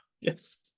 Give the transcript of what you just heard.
yes